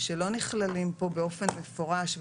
שלא נכללים פה באופן מפורש,